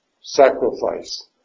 sacrifice